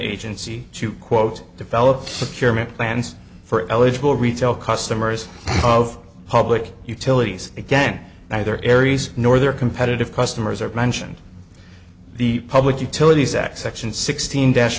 agency to quote develop secure plans for eligible retail customers of public utilities again neither aries nor their competitive customers are mentioned the public utilities act section sixteen dash